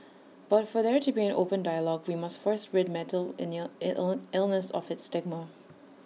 but for there to be an open dialogue we must first rid mental illness of its stigma